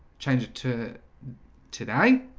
change it to today